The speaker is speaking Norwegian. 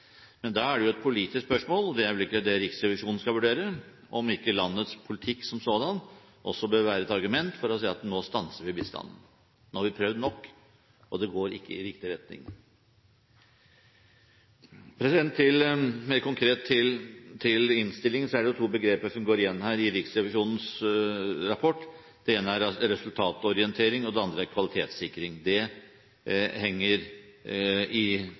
Men da er det jo et politisk spørsmål – og det er vel ikke det Riksrevisjonen skal vurdere – om ikke landets politikk som sådan også bør være et argument for å si at nå stanser vi bistanden, nå har vi prøvd nok, og det går ikke i riktig retning. Mer konkret til innstillingen: Det er to begreper som går igjen her i Riksrevisjonens rapport. Det ene er resultatorientering, og det andre er kvalitetssikring. Det henger sammen. Dette er ikke første gang man på bistandsområdet har fått kritikk i